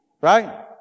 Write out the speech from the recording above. Right